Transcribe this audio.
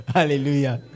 Hallelujah